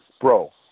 bro